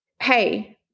Hey